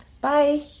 Bye